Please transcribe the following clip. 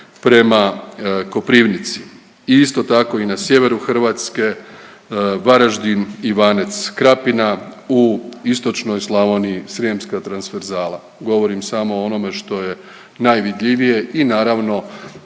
prema Koprivnici. I isto tako i na sjeveru Hrvatske Varaždin-Ivanec-Krapina, u istočnoj Slavoniji srijemska transferzala. Govorim samo o onome što je najvidljivije i naravno